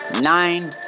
nine